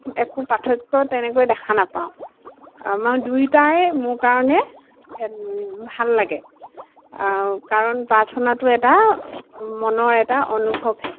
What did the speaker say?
একো পাৰ্থক্য তেনেকৈ দেখা নাপাওঁ মই দুয়োটাই মোৰ কাৰণে ভাল লাগে কাৰণ প্ৰাৰ্থনাটো এটা মনৰ এটা অনুভৱহে